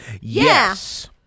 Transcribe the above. yes